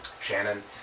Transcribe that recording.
Shannon